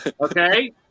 Okay